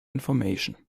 information